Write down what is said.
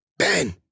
Ben